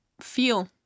feel